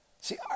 See